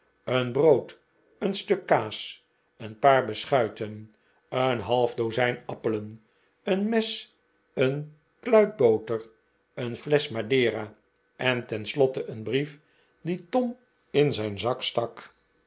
een brood een stuk kaas een paar beschuiten een half dozijn appelen een mes een kluit boter een flesch madera en tenslotte een brief dien tom in zijn zak stak